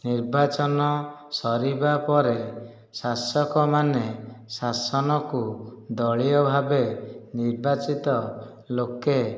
ନିର୍ବାଚନ ସରିବାପରେ ଶାସକମାନେ ଶାସନକୁ ଦଳୀୟ ଭାବେ ନିର୍ବାଚିତ ଲୋକେ